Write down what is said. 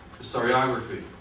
historiography